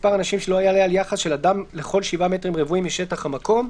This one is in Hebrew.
מספר אנשים שלא יעלה על יחס של אדם לכל 7 מטרים רבועים משטח המקום,